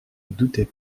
doutait